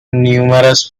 numerous